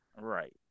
Right